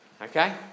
Okay